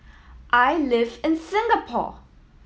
I live in Singapore